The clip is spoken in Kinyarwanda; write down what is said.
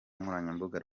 nkoranyambaga